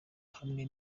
hamwe